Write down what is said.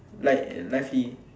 like